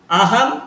aham